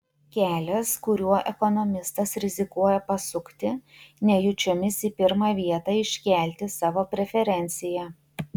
kelias kuriuo ekonomistas rizikuoja pasukti nejučiomis į pirmą vietą iškelti savo preferenciją